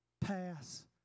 pass